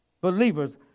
believers